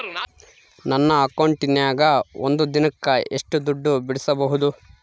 ನನ್ನ ಅಕೌಂಟಿನ್ಯಾಗ ಒಂದು ದಿನಕ್ಕ ಎಷ್ಟು ದುಡ್ಡು ಬಿಡಿಸಬಹುದು?